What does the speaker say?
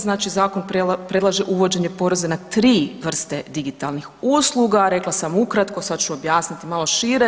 Znači zakon predlaže uvođenje poreza na 3 vrste digitalnih usluga, rekla sam ukratko, sad ću objasniti malo šire.